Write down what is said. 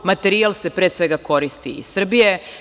Materijal se pre svega koristi iz Srbije.